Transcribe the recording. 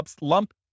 lump